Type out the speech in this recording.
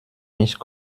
mich